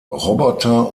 roboter